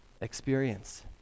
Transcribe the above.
experience